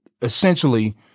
essentially